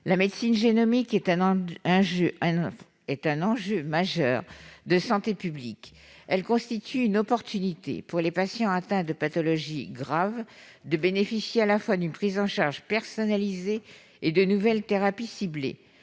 La médecine génomique est un enjeu majeur de santé publique ; elle constitue une chance, pour les patients atteints de pathologies graves, de bénéficier à la fois d'une prise en charge personnalisée et de nouvelles thérapies ciblées.